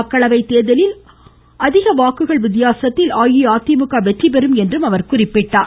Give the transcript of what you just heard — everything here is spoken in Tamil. மக்களவை தேர்தலில் அதிக வாக்குகள் வித்தியாசத்தில் அஇஅதிமுக வெற்றிபெறும் என்றும் அவர் குறிப்பிட்டார்